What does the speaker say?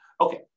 Okay